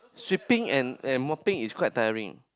sweeping and and mopping is quite tiring